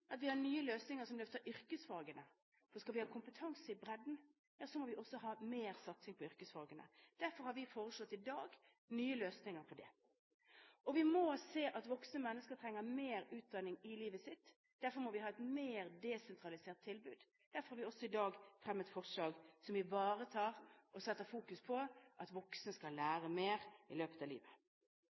at vi har nye løsninger som løfter yrkesfagene. Skal vi ha kompetanse i bredden, må vi også ha mer satsing på yrkesfagene. Derfor har vi i dag foreslått nye løsninger for det. Vi må se at voksne mennesker trenger mer utdanning i livet sitt. Derfor må vi ha et mer desentralisert tilbud. Derfor har vi i dag også fremmet forslag som ivaretar og setter fokus på at voksne skal lære mer i løpet av livet.